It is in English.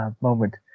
moment